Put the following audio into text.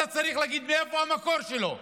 אתה צריך להגיד מאיפה המקור שלו.